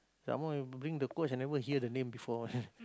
some more you bring the coach I never hear the name before one